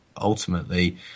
ultimately